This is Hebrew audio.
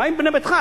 מה עם "בנה ביתך"?